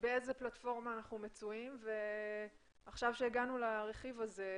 באיזו פלטפורמה אנחנו מצויים ועכשיו כשהגענו לרכיב הזה,